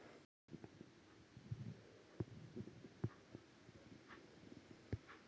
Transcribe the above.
पशुसंवर्धन चा धंदा सुरू करूच्या खाती पशू खईसून हाडूचे?